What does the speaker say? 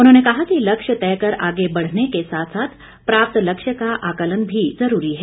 उन्होंने कहा कि लक्ष्य तय कर आगे बढ़ने के साथ साथ प्राप्त लक्ष्य का आंकलन भी जरूरी है